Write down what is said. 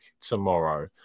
tomorrow